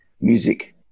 music